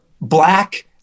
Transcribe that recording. black